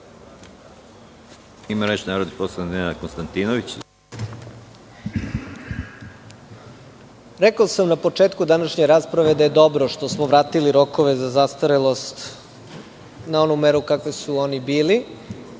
Nenad Konstantinović. **Nenad Konstantinović** Rekao sam na početku današnje rasprave da je dobro što smo vratili rokove za zastarelost na onu meru kakvi su oni bili,